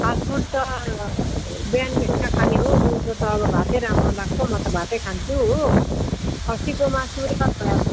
fast food त बिहान बेलुका खाने हो दिउँसो त अब भातै राम्रो लाग्छ म त भातै खान्छु हो खसीको मासु र